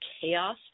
chaos